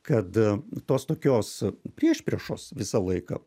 kad tos tokios priešpriešos visą laiką